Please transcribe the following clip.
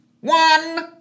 One